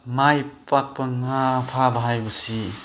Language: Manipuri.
ꯃꯥꯏ ꯄꯥꯛꯄ ꯉꯥ ꯐꯥꯕ ꯍꯥꯏꯕꯁꯤ